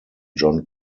john